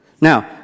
Now